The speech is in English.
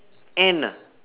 N ah